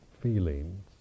feelings